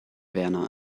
werner